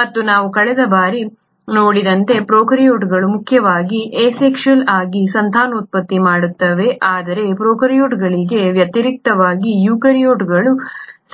ಮತ್ತು ನಾವು ಕಳೆದ ಬಾರಿ ನೋಡಿದಂತೆ ಪ್ರೊಕಾರ್ಯೋಟ್ಗಳು ಮುಖ್ಯವಾಗಿ ಅಸೆಕ್ಷುಯಲ್ ಆಗಿ ಸಂತಾನೋತ್ಪತ್ತಿ ಮಾಡುತ್ತವೆ ಆದರೆ ಪ್ರೊಕಾರ್ಯೋಟ್ಗಳಿಗೆ ವ್ಯತಿರಿಕ್ತವಾಗಿ ಯುಕ್ಯಾರಿಯೋಟ್ಗಳು